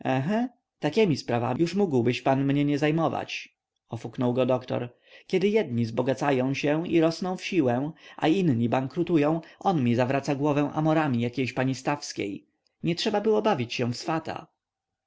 takiemi sprawami już mógłbyś pan mnie nie zajmować ofuknął go doktor kiedy jedni zbogacają się i rosną w siłę a inni bankrutują on mi zawraca głowę amorami jakiejś pani stawskiej nietrzeba było bawić się w swata